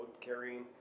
carrying